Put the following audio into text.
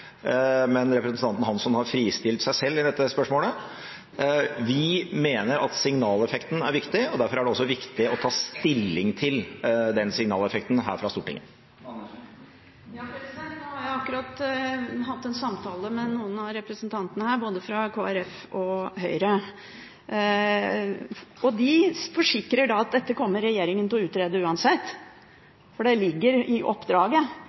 men representanten Hansson har fristilt seg selv i dette spørsmålet – mener at signaleffekten er viktig. Derfor er det også viktig å ta stilling til den signaleffekten her fra Stortinget. Nå har jeg akkurat hatt en samtale med noen av representantene her fra både Kristelig Folkeparti og Høyre. De forsikrer at dette kommer regjeringen til å utrede uansett, for det ligger i oppdraget